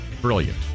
Brilliant